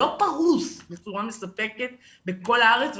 לא פרוס בצורה מספקת בכל הארץ.